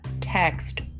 text